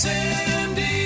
Sandy